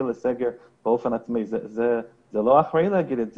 לסגר באופן עצמאי זה לא אחראי להגיד את זה.